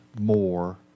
more